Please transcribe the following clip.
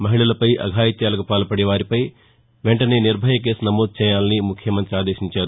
మహిళలపై అఘాయిత్యాలకు పాల్పడే వారిపై వెంటనే నిర్భయ కేసు నమోదు చేయాలని ముఖ్యమంతి ఆదేశించారు